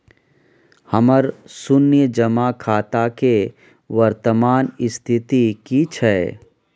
हमर शुन्य जमा खाता के वर्तमान स्थिति की छै?